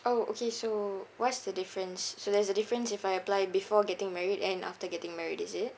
orh okay so what's the difference so there's a difference if I apply before getting married and after getting married is it